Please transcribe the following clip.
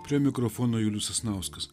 prie mikrofono julius sasnauskas